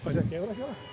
اَچھا کیمرا چھُوا